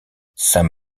sam